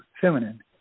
feminine